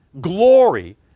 glory